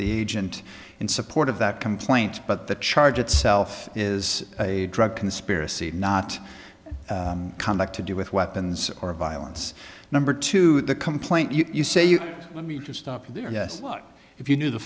the agent in support of that complaint but the charge itself is a drug conspiracy not come back to do with weapons or violence number two the complaint you say you let me just stop you there yes but if you knew the